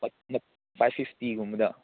five ꯐꯤꯐꯇꯤꯒꯨꯝꯕꯗ